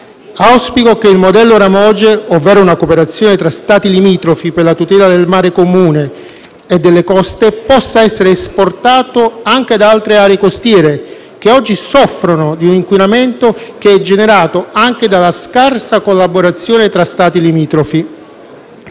Auspico che il modello RAMOGE, ovvero una cooperazione tra Stati limitrofi per la tutela del mare comune e delle coste, possa essere esportato anche ad altre aree costiere che oggi soffrono di un inquinamento che è generato anche dalla scarsa collaborazione tra Stati limitrofi.